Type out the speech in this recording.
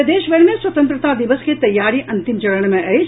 प्रदेश भरि मे स्वतंत्रता दिवस के तैयारी अंतिम चरण मे अछि